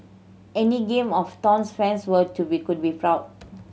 any Game of Thrones fans were to be could be proud